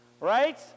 Right